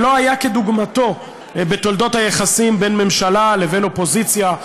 שלא היה כדוגמתו בתולדות היחסים בין ממשלה לבין אופוזיציה,